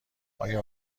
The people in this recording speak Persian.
آیا